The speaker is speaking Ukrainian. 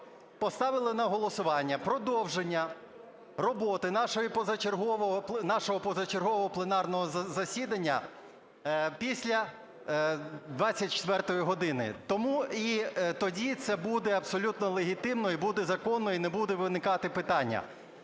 поставили на голосування продовження роботи нашого позачергового пленарного засідання після 24 години. Тоді це буде абсолютно легітимно, буде законно і не буде виникати питання.